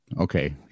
okay